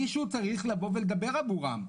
מישהו צריך לבוא ולדבר עבורם.